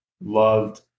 loved